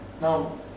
Now